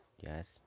yes